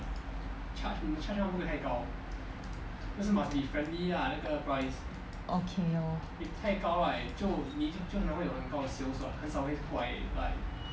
okay lor